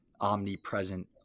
omnipresent